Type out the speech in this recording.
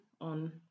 on